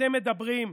אתם מדברים.